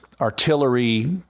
artillery